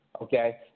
Okay